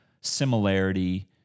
similarity